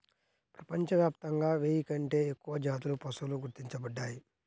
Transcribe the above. ప్రపంచవ్యాప్తంగా వెయ్యి కంటే ఎక్కువ జాతుల పశువులు గుర్తించబడ్డాయి